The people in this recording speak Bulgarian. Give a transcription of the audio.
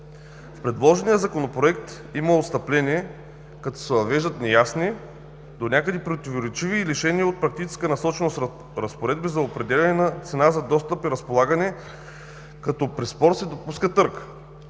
В предложения Законопроект има отстъпление, като се въвеждат неясни, донякъде противоречиви и лишени от практическа насоченост разпоредби за определяне на цена за достъп и разполагане, като при спор се допуска търг